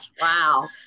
wow